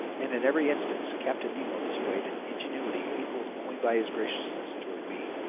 and in every instance captain nemo displayed an ingenuity equaled only by his graciousness toward me.